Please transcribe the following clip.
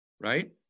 right